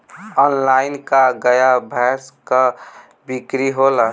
Online का गाय भैंस क बिक्री होला?